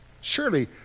Surely